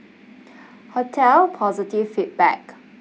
hotel positive feedback